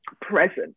present